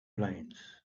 planes